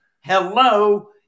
Hello